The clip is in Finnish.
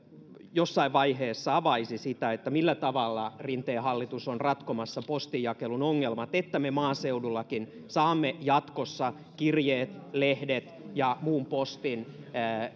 jossain vaiheessa avaisi sitä millä tavalla rinteen hallitus on ratkomassa postinjakelun ongelmat että me maaseudullakin saamme jatkossa kirjeet lehdet ja muun postin